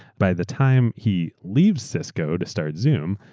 by the time he leaves cisco to start zoom,